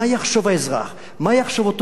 מה יחשוב אותו תלמיד של הרב אליהו?